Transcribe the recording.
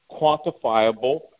quantifiable